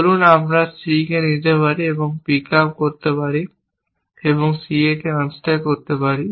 বলুন আমরা C কে নিতে পারি এবং পিক আপ করতে পারি এবং CA কে আনস্ট্যাক করতে পারি